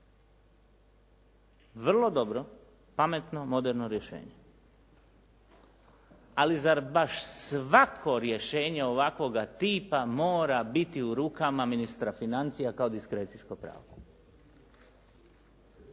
Vrlo dobro, pametno, moderno rješenje. Ali zar baš svako rješenje ovakvoga tipa mora biti u rukama ministra financija kao diskrecijsko pravo?